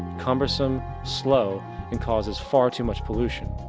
cumbersome, slow and causes far too much pollution.